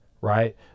right